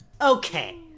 Okay